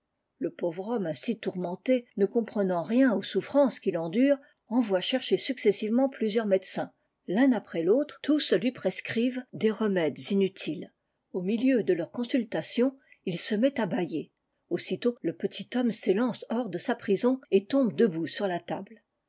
le pauvre homme ainsi tourmenté et ne comprenant rien aux souffrances qu'il endure envoyé chercher successivement plusieurs médecins l'un après l'autre tous lui prescrivent des remèdes inutiles au milieu de leur consultation il se met à bâiller aussitôt le petit tom s'élance hors de sa prison et tombe debout sur la table